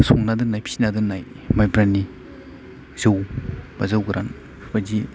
संना दोननाय फिना दोननाय माइब्रानि जौ बा जौगोरान बायदि